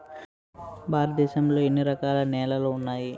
భారతదేశం లో ఎన్ని రకాల నేలలు ఉన్నాయి?